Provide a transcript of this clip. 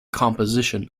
composition